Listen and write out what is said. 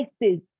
places